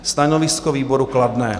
Stanovisko výboru: kladné.